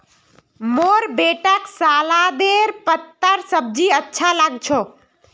मोर बेटाक सलादेर पत्तार सब्जी अच्छा लाग छ